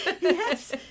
Yes